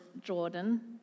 Jordan